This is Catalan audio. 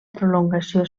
prolongació